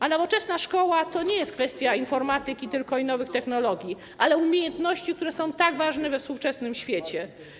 A nowoczesna szkoła to nie tylko kwestia informatyki i nowych technologii, ale umiejętności, które są tak ważne we współczesnym świecie.